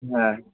হ্যাঁ